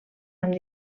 amb